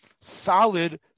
solid